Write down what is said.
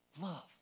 love